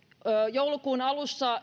joulukuun alussa